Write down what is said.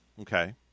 Okay